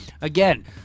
again